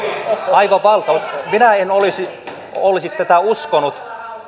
aivan valtava määrä minä en olisi tätä uskonut